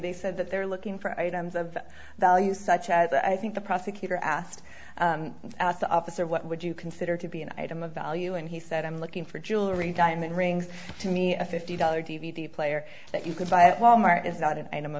they said that they're looking for items of value such as i think the prosecutor asked the officer what would you consider to be an item of value and he said i'm looking for jewelry diamond rings to me a fifty dollars d v d player that you could buy at wal mart is not an